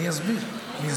אני אסביר.